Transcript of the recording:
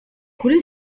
kuri